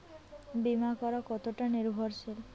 বীমা করা কতোটা নির্ভরশীল?